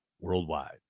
worldwide